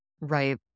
Right